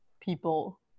people